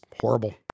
horrible